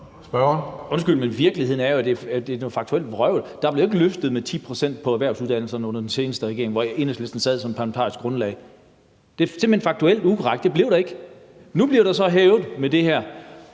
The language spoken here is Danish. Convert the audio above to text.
Undskyld, men virkeligheden er jo, at det er noget faktuelt vrøvl. Der blev jo ikke løftet med 10 pct. på erhvervsuddannelserne under den seneste regering, hvor Enhedslisten sad som parlamentarisk grundlag. Det er simpelt hen faktuelt ukorrekt. Det blev der ikke. Nu bliver der så hævet med det her,